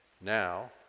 now